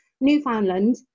Newfoundland